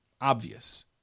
obvious